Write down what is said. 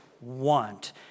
want